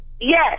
Yes